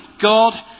God